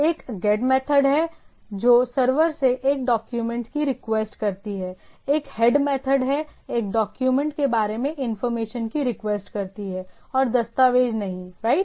एक GET method है जो सर्वर से एक डॉक्यूमेंट की रिक्वेस्ट करती है एक HEAD मेथड है एक डॉक्यूमेंट के बारे में इंफॉर्मेशन की रिक्वेस्ट करती है और दस्तावेज़ नहीं राइट